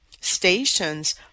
stations